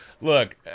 look